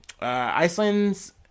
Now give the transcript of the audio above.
Iceland's